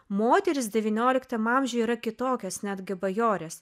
moterys devynioliktam amžiuje yra kitokios netgi bajorės